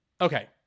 Okay